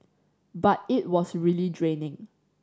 but it was really draining